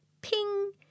Ping